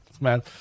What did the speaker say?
man